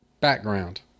background